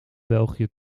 belgië